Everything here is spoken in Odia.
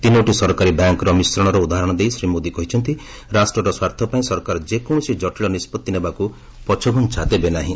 ତିନୋଟି ସରକାରୀ ବ୍ୟାଙ୍କ୍ର ମିଶ୍ରଣର ଉଦାହରଣ ଦେଇ ଶ୍ରୀ ମୋଦି କହିଛନ୍ତି ରାଷ୍ଟ୍ରର ସ୍ୱାର୍ଥ ପାଇଁ ସରକାର ଯେକୌଣସି ଜଟିଳ ନିଷ୍ପଭି ନେବାକୁ ପଛଘୁଞ୍ଚା ଦେବେ ନାହିଁ